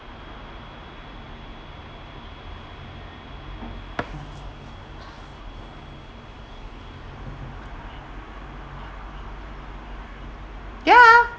ya